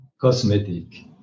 cosmetic